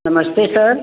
नमस्ते सर